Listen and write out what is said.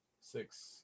six